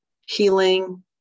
healing